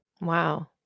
Wow